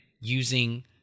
using